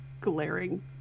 glaring